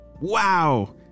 Wow